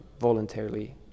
voluntarily